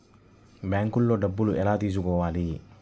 బ్యాంక్లో డబ్బులు ఎలా తీసుకోవాలి?